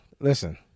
listen